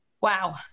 Wow